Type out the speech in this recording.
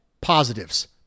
positives